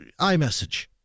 iMessage